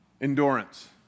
Endurance